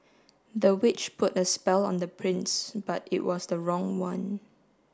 the witch put a spell on the prince but it was the wrong one